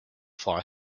fly